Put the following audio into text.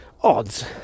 odds